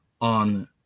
on